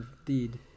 indeed